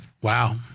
Wow